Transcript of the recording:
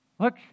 Look